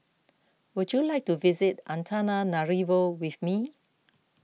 would you like to visit Antananarivo with me